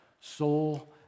soul